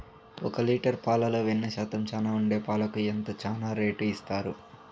ఒక లీటర్ పాలలో వెన్న శాతం చానా ఉండే పాలకు ఎంత చానా రేటు ఇస్తారు?